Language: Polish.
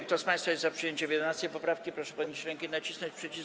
Kto z państwa jest za przyjęciem 11. poprawki, proszę podnieść rękę i nacisnąć przycisk.